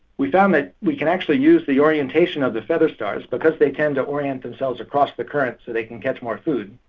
we found that we can actually use the orientation of the feather stars, because they tend to orient themselves across the current so they can catch more food.